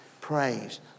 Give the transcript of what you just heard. Praise